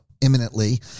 imminently